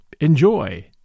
Enjoy